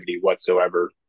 whatsoever